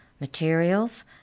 materials